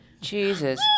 Jesus